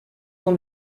dans